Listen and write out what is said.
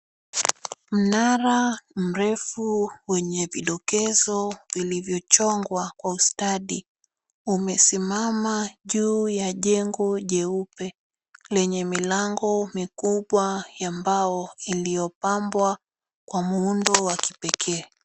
Mnara mrefu wenye vidokezo viliyochongwa kwa ustadi umesimama juu ya jengo jeupe lenye milango mikubwa ya mbao iliyopambwa kwa muundo wa kipekee.